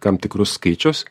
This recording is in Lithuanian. tam tikrus skaičius